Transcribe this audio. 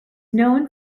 known